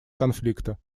конфликта